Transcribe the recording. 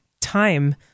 time